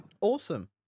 Awesome